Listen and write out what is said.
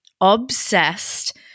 obsessed